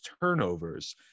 turnovers